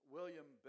William